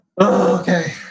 Okay